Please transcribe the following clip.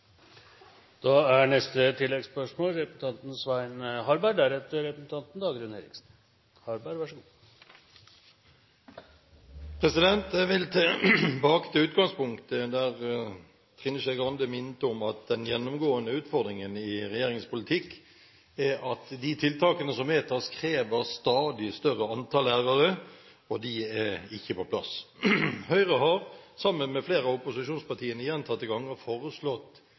Svein Harberg – til oppfølgingsspørsmål. Jeg vil tilbake til utgangspunktet, der Trine Skei Grande minnet om at den gjennomgående utfordringen i regjeringens politikk er at de tiltakene som vedtas, krever et stadig større antall lærere, og de er ikke på plass. Høyre har, sammen med flere av opposisjonspartiene, gjentatte ganger foreslått